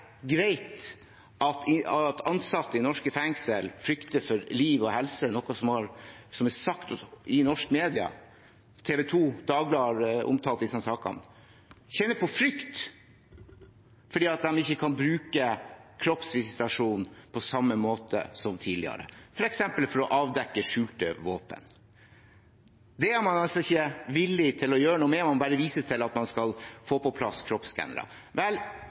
greit at ansatte i norske fengsel frykter for liv og helse – noe som er sagt i norske medier, TV 2 og Dagbladet har omtalt disse saken – og kjenner på frykt fordi de ikke kan bruke kroppsvisitasjon på samme måte som tidligere, f.eks. for å avdekke skjulte våpen. Det er man ikke villig til å gjøre noe med, man bare viser til at man skal få på plass